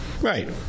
Right